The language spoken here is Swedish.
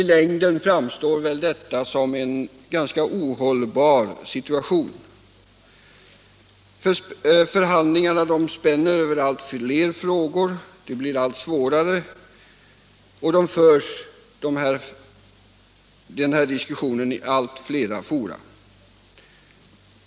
I längden framstår emellertid detta som en ohållbar situation. Förhandlingarna spänner över allt fler frågor och blir allt svårare, och diskussionen förs i allt flera fora.